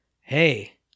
Hey